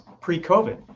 pre-covid